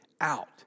out